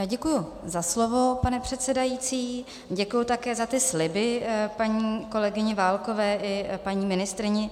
Děkuji za slovo, pane předsedající, děkuji také za ty sliby paní kolegyni Válkové i paní ministryni.